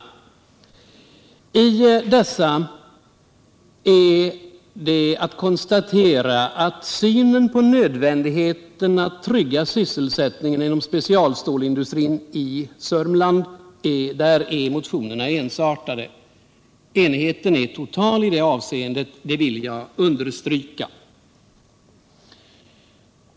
Jag konstaterar att motionerna har en enhetlig syn på nödvändigheten att trygga sysselsättningen inom specialstålindustrin i länet. Jag vill understryka att enigheten i det avseendet är total.